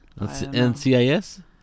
NCIS